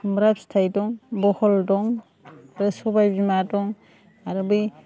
खुमब्रा फिथाइ दं बहल दं सबाइ बिमा दं आरो बै